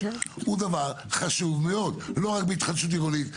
הוא דבר חשוב מאוד לא רק בהתחדשות עירונית,